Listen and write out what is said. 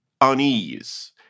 unease